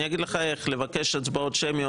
ואני אגיד לך איך לבקש הצבעות שמיות